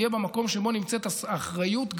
תהיה המקום שבו נמצאת גם האחריות,